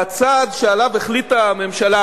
והצעד שעליו החליטה הממשלה,